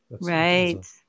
Right